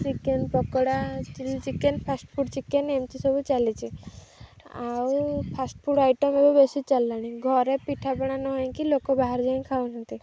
chicken pakora chilli chicken fast food chicken ଏମିତି ସବୁ ଚାଲିଛି ଆଉ ଫାଷ୍ଟଫୁଡ଼ ଆଇଟମ୍ ବି ବେଶୀ ଚାଲିଲାଣି ଘରେ ପିଠାପଣା ନ ହେଇକି ଲୋକ ବାହାରେ ଯାଇ ଖାଉଛନ୍ତି